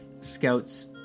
scouts